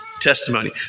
testimony